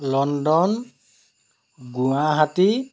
London Guwahati